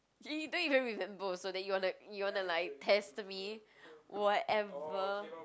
you don't even remember also then you wanna you wanna like test me whatever